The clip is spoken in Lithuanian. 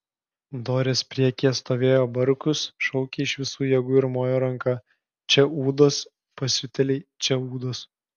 dorės priekyje stovėjo barkus šaukė iš visų jėgų ir mojo ranka čia ūdos pasiutėliai čia ūdos